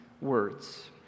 words